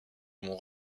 mont